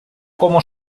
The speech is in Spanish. como